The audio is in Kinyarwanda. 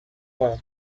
mana